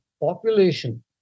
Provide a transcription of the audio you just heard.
population